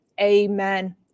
Amen